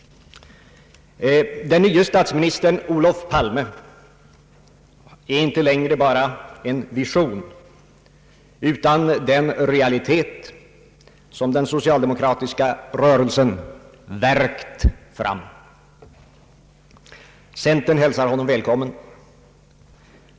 Den nye statsministern Olof Palme är inte längre bara en vision utan den realitet som den socialdemokratiska rörelsen värkt fram. Centern hälsar honom välkommen.